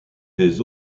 des